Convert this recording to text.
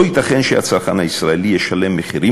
לא ייתכן שהצרכן הישראלי ישלם מחירים